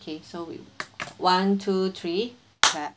okay so we one two three clap